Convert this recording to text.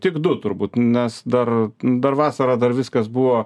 tik du turbūt nes dar dar vasarą dar viskas buvo